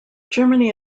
germany